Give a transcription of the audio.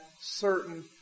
certain